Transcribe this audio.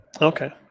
Okay